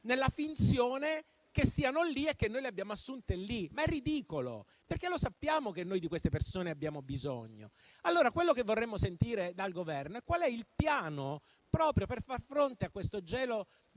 nella finzione che siano lì e che noi le abbiamo assunte lì, ma è ridicolo, perché sappiamo che di queste persone abbiamo bisogno. Quello che vorremmo sentire dal Governo è qual è il piano per far fronte a questo gelo